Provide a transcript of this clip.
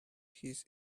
his